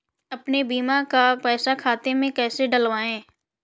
अपने बीमा का पैसा खाते में कैसे डलवाए?